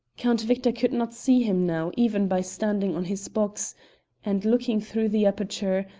count victor could not see him now even by standing on his box and looking through the aperture,